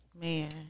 Man